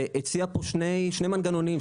והציע פה שני מנגנונים,